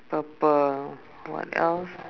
purple what else